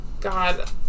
God